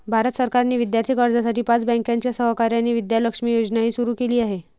भारत सरकारने विद्यार्थी कर्जासाठी पाच बँकांच्या सहकार्याने विद्या लक्ष्मी योजनाही सुरू केली आहे